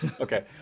okay